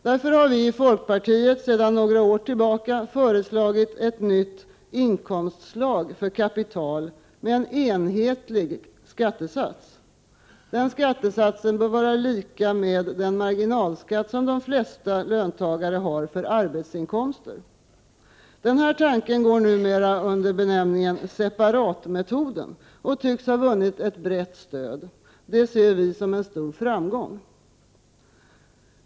Därför har vi i folkpartiet sedan några år tillbaka föreslagit ett nytt inkomstslag för kapital med en enhetlig skattesats. Den skattesatsen bör vara lika med den marginalskatt som de flesta har för arbetsinkomster. Denna tanke går numera under benämningen separatmetoden och tycks ha vunnit brett stöd. Det ser vi som en stor framgång.